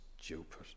stupid